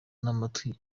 n’amatwi